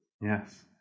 Yes